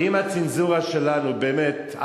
ואם הצנזורה שלנו באמת,